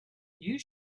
you